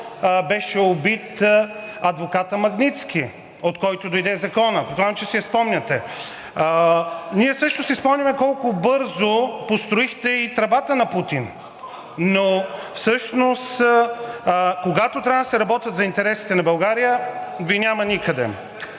беше убит адвокатът Магнитски, от който дойде законът. Предполагам, че си я спомняте? Ние също си спомняме колко бързо построихте и тръбата на Путин, но всъщност, когато трябва да се работи за интересите на България, Ви няма никъде.